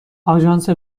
آژانس